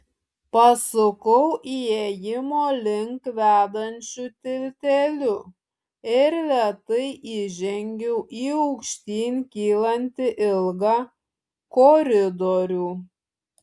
pasukau įėjimo link vedančiu tilteliu ir lėtai įžengiau į aukštyn kylantį ilgą koridorių